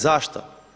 Zašto?